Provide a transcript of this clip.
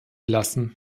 lassen